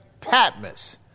Patmos